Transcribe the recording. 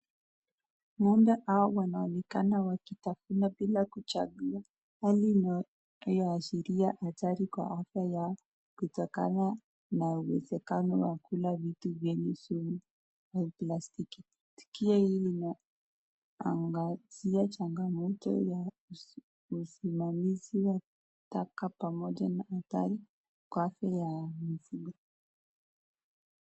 Ng'ombe hawa wanaonekana wakitafuna bila kujalia hali inayoashiria ajali iko hapa ya kutokana na uwezekano wa kula vitu vyenye sumu vya plastic , tukio hili linaangazia changamoto ya usimamizi wa taka pamoja na madai kwa ajili ya mazingira.